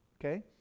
okay